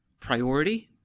Priority